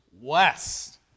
West